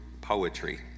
poetry